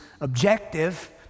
objective